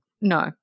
No